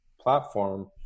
platform